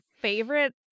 favorite